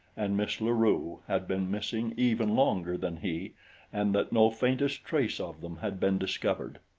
and miss la rue had been missing even longer than he and that no faintest trace of them had been discovered.